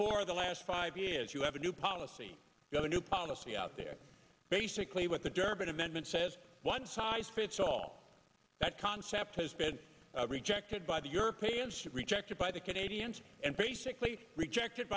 before the last five years you have a new policy got a new policy out there basic what the durbin amendment says one size fits all that concept has been rejected by the europeans rejected by the canadians and basically rejected